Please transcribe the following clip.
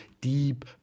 deep